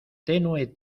tenue